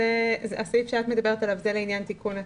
הסעיף שאת מדברת עליו הוא לעניין תיקון הצו.